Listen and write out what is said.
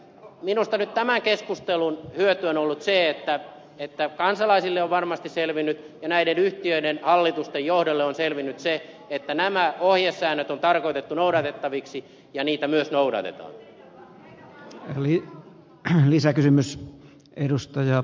minusta nyt tämän keskustelun hyöty on ollut siinä että kansalaisille on varmasti selvinnyt ja näiden yhtiöiden hallitusten johdolle on selvinnyt se että nämä ohjesäännöt on tarkoitettu noudatettaviksi ja niitä myös noudatetaan